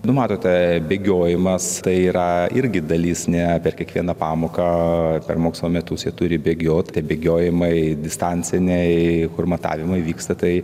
nu matote bėgiojimas tai yra irgi dalis ne per kiekvieną pamoką per mokslo metus jie turi bėgioti tai bėgiojimai distanciniai kur matavimai vyksta tai